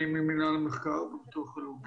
אני ממינהל המחקר בביטוח הלאומי,